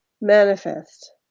manifest